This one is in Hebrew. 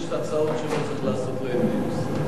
יש הצעות שלא צריך לעשות להן גיוס.